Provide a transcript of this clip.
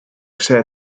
said